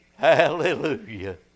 Hallelujah